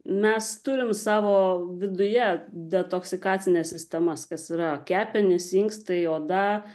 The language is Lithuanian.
mes turim savo viduje detoksikacines sistemas kas yra kepenys inkstai oda